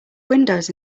windows